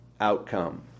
outcome